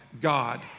God